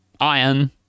iron